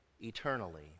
eternally